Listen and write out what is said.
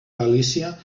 galícia